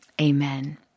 Amen